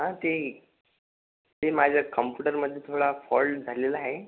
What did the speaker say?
हां ते ते माझ्या खम्पुटरमध्ये थोडा फॉल्ट झालेला आहे